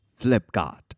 Flipkart